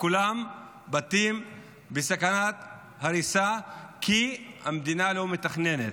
לכולם יש בתים בסכנת הריסה, כי המדינה לא מתכננת,